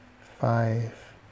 five